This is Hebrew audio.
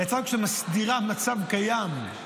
היא הצעת חוק שמסדירה מצב קיים.